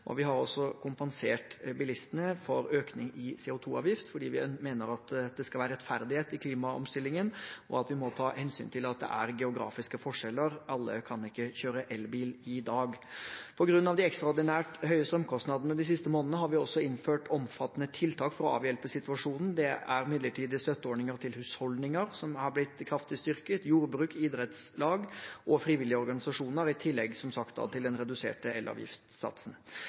Vi har også kompensert bilistene for økning i CO 2 -avgift fordi vi mener at det skal være rettferdighet i klimaomstillingen, og at vi må ta hensyn til at det er geografiske forskjeller. Alle kan ikke kjøre elbil i dag. På grunn av de ekstraordinært høye strømkostnadene de siste månedene har vi også innført omfattende tiltak for å avhjelpe situasjonen. Det er midlertidige støtteordninger til husholdninger, som har blitt kraftig styrket, til jordbruk, idrettslag og frivillige organisasjoner, i tillegg til, som sagt, den reduserte